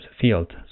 field